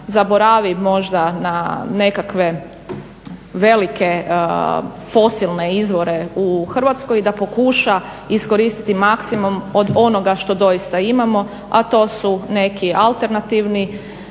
zaboravi možda na nekakve velike fosilne izvore u Hrvatskoj i da pokuša iskoristiti maksimum od onoga što doista imamo a to su nekakvi alternativni